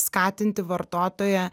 skatinti vartotoją